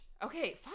okay